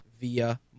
via